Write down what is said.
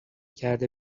کرده